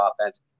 offense